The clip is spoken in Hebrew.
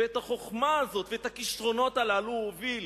ואת החוכמה הזאת ואת הכשרונות הללו הוא הוביל